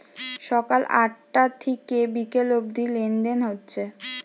সকাল আটটা থিকে বিকাল অব্দি লেনদেন হচ্ছে